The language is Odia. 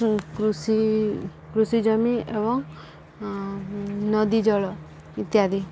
କୃଷି କୃଷି ଜମି ଏବଂ ନଦୀ ଜଳ ଇତ୍ୟାଦି